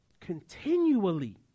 continually